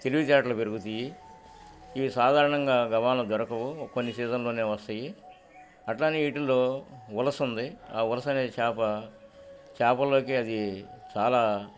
తెలివితేాటలు పెరుగుతయి ఇవి సాధారణంగా గవాన దొరకవు కొన్ని సీజన్లోనే వస్తాయి అట్లానే ఇటిలో ఉలసుంది ఆ వలస అనేది చాప చేపల్లోకి అది చాలా